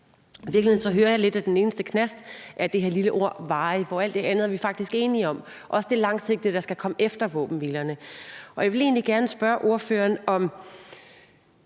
I virkeligheden hører jeg lidt, at den eneste knast er det her lille ord varig. Alt det andet er vi faktisk enige om, også det langsigtede, der skal komme efter våbenhvilerne. Jeg vil egentlig gerne spørge ordføreren om